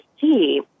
see